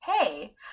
Hey